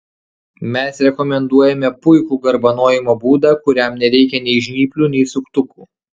mes rekomenduojame puikų garbanojimo būdą kuriam nereikia nei žnyplių nei suktukų